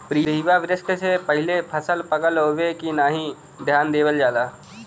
preharvest से पहिले फसल पकल हउवे की नाही ध्यान देवल जाला